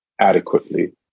adequately